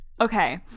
Okay